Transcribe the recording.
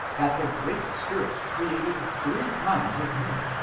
that the great spirit created three kinds of men,